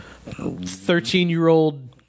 thirteen-year-old